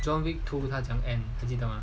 john wick two 他怎样 end 还记得 mah